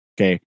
Okay